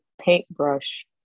paintbrush